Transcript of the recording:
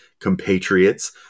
compatriots